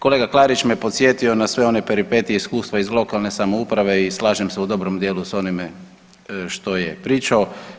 Kolega Klarić me podsjetio na sve one peripetije, iskustva iz lokalne samouprave i slažem se u dobrom dijelu s onime što je pričao.